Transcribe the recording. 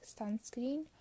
sunscreen